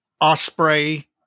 Osprey